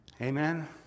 Amen